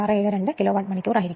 672 kilowatt മണിക്കൂർ ആയിരിക്കും